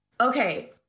Okay